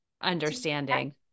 understanding